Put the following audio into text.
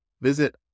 Visit